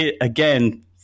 again